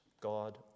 God